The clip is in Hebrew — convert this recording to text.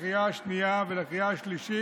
לקריאה שנייה ולקריאה שלישית,